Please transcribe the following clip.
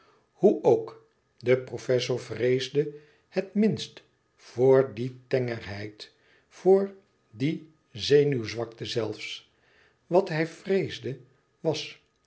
hoe ook de professor vreesde het minst voor die tengerheid voor die zenuwzwakte zelfs wat hij vreesde was